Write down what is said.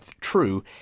true